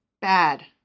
Bad